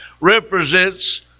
represents